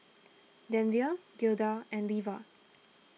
Denver Gilda and Leva